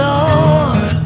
Lord